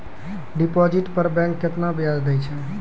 Deposit पर bank केतना ब्याज दै छै?